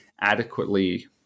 adequately